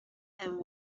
and